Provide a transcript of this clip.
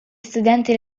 studenti